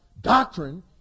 doctrine